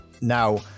Now